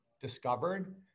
discovered